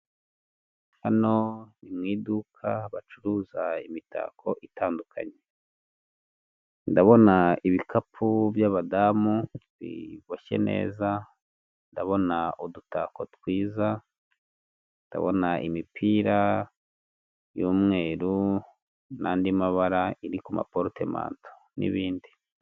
Hano ni mu iduka bacuruza imitako itandukanye, ndabona ibikapu by'abadamu biboshye neza, ndabona udutako twiza, ndabona imipira y'umweru n'andi mabara iri ku ma porotemanto n'ibindi.